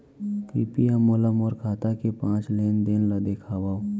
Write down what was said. कृपया मोला मोर खाता के पाँच लेन देन ला देखवाव